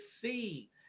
see